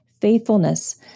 faithfulness